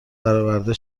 برآورده